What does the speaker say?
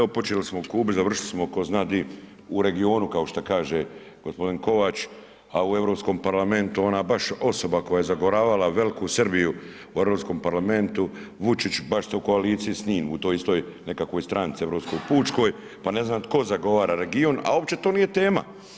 Počeli smo o Kubi, završili smo ko zna di, u regionu, kao što kaže gospodin Kovač, a u Europskom parlamentu, ona baš osoba koja zagovarala veliku Srbiju u Europskom parlamentu, Vučić, baš ste u koaliciji s njim u toj istoj nekakvoj stranci, europskoj, pučkoj, pa ne znam, tko zagovara region, a uopće to nije tema.